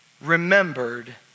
remembered